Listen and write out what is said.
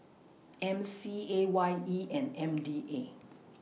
M C A Y E and M D A